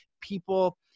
people